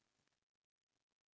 weird